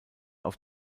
auf